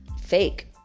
fake